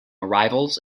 arrivals